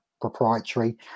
proprietary